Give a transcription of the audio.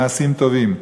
מעשים טובים.